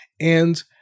And-